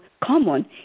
common